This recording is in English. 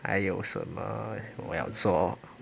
还有什么我要做